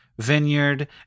Vineyard